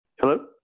Hello